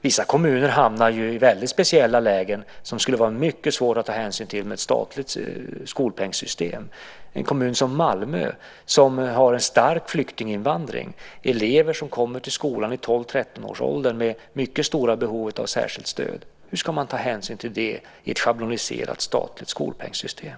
Vissa kommuner hamnar i speciella lägen som det skulle vara mycket svårt att ta hänsyn till med ett statligt skolpengssystem. I en kommun som Malmö med en stark flyktinginvandring finns elever som kommer till skolan i 12-13-årsåldern med mycket stora behov av särskilt stöd. Hur ska man ta hänsyn till det i ett schabloniserat, statligt skolpengssystem?